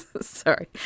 Sorry